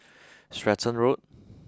Stratton Road